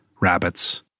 rabbits